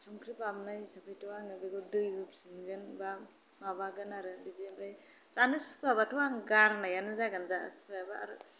संख्रि बाबनाय हिसाबैथ' आङो दै होफिनगोन एबा माबागोन आरो बिदि ओमफ्राय जानो सुखुवाबाथ' आङो गारनायानो जागोन जानो सुखुवाबा आरो